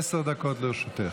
עשר דקות לרשותך.